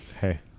Hey